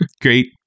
Great